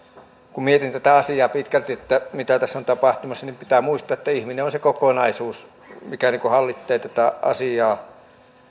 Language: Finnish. kun mietin tätä asiaa mitä tässä pitkälti on tapahtumassa niin pitää muistaa että ihminen on se kokonaisuus mikä hallitsee tätä asiaa